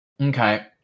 Okay